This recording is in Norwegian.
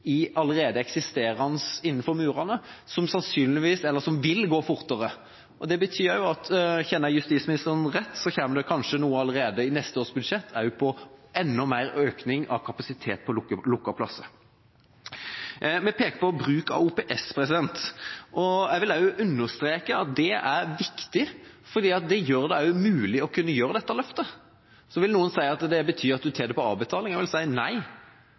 innenfor allerede eksisterende murer, som vil gå fortere. Det betyr også, kjenner jeg justisministeren rett, at det kanskje kommer allerede i neste års budsjett enda mer økning av kapasiteten på lukkede plasser. Vi peker på bruk av OPS, og jeg vil understreke at det er viktig fordi det gjør det mulig også å kunne gjøre dette løftet. Så vil noen si at det betyr at en tar det på avbetaling. Jeg vil si nei,